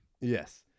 yes